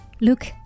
Look